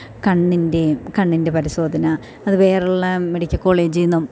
കണ്ണിൻ്റെയും കണ്ണിൻ്റെ പരിശോധന അത് വേറെയുള്ള മെഡിക്കൽ കോളേജിൽ നിന്നും